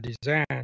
design